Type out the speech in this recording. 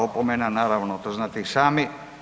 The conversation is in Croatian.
Opomena naravno to znate i sami.